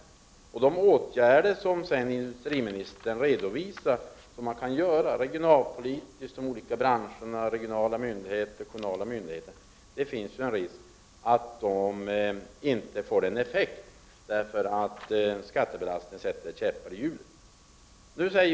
Det finns en risk att de åtgärder som industriministern har redovisat — regionalpolitiskt, branscherna, regionala myndigheter, kommunala myndigheter —- inte får någon effekt eftersom skattebelastningen sätter käppar i hjulet. Industriministern säger att han noggrant kommer att följa utvecklingen.